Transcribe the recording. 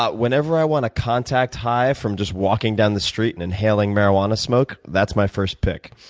but whenever i want a contact high from just walking down the street and inhaling marijuana smoke, that's my first pick.